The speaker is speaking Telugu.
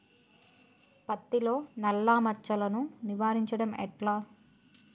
పత్తిలో నల్లా మచ్చలను నివారించడం ఎట్లా?